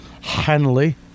Henley